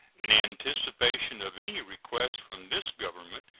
in anticipation of any request from this government,